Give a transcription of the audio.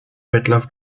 wettlauf